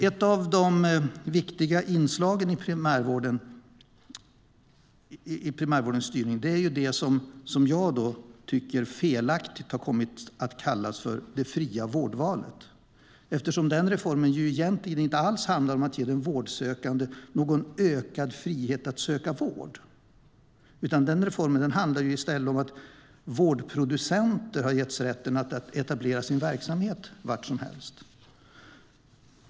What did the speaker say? Ett av de viktiga inslagen i primärvårdens styrning är det som jag tycker felaktigt har kommit att kallas för det fria vårdvalet, eftersom den reformen egentligen inte handlar om att ge den vårdsökande ökad frihet att söka vård. Reformen handlar i stället om att vårdproducenter har getts rätten att etablera sin verksamhet var som helst.